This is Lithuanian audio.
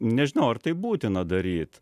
nežinau ar tai būtina daryt